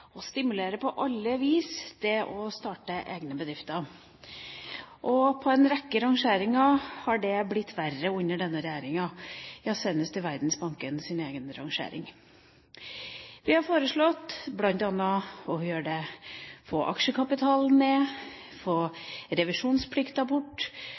å stimulere til på alle vis å starte egne bedrifter. På en rekke rangeringer ser vi at det har blitt verre under denne regjeringa, ja, senest i Verdensbankens egen rangering. Vi har bl.a. foreslått å få aksjekapitalen ned,